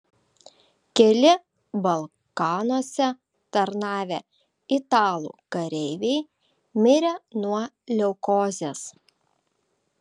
keli balkanuose tarnavę italų kareiviai mirė nuo leukozės